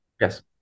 yes